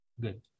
good